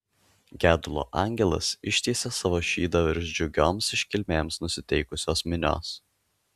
gedulo angelas ištiesė savo šydą virš džiugioms iškilmėms nusiteikusios minios